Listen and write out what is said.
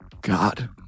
God